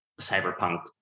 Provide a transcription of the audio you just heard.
cyberpunk